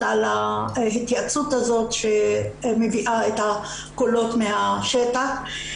על ההתייעצות הזאת שמביאה את הקולות מהשטח.